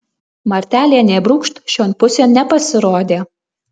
martelė nė brūkšt šion pusėn nepasirodė